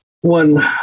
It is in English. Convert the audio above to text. One